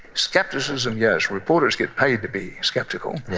skepticism yes. reporters get paid to be skeptical.